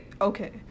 okay